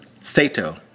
Sato